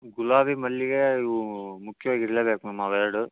ಗುಲಾಬಿ ಮಲ್ಲಿಗೆ ಇವು ಮುಖ್ಯವಾಗಿರ್ಲೇಬೇಕು ಮ್ಯಾಮ್ ಅವೆರಡೂ